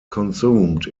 consumed